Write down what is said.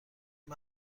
این